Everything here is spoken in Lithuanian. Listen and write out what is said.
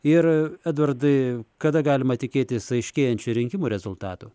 ir edvardai kada galima tikėtis aiškėjančių rinkimų rezultatų